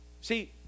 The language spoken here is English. See